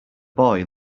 boy